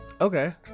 Okay